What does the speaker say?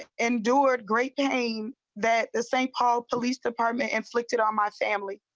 endured great game that the saint paul police department inflicted on my family.